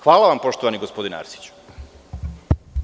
Hvala vam, poštovani gospodine Arsiću.